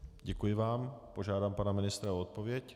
Děkuji vám a požádám pana ministra o odpověď.